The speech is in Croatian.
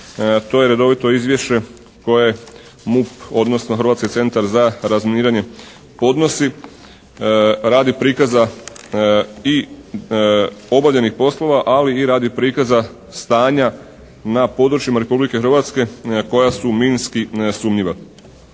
To je redovito izvješće koje MUP odnosno Hrvatski centar za razminiranje podnosi radi prikaza i obavljenih poslova ali i radi prikaza stanja na područjima Republike Hrvatske koja su minski sumnjiva.